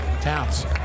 Towns